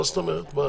מה זאת אומרת?